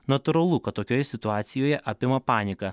natūralu kad tokioje situacijoje apima panika